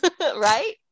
Right